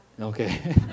Okay